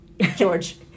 George